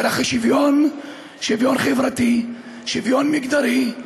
דרך השוויון, שוויון חברתי, שוויון מגדרי,